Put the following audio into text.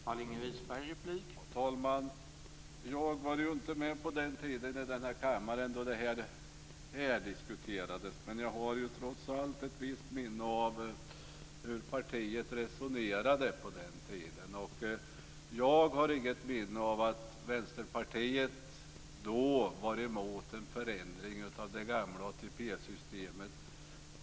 Herr talman! Jag var inte med på den tiden i den här kammaren då det här diskuterades. Men jag har trots allt ett visst minne av hur partiet resonerade på den tiden, och jag minns inte att Vänsterpartiet då var emot en förändring av det gamla ATP-systemet.